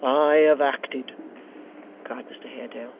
i have acted cried mr haredale,